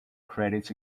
credits